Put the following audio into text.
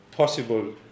Possible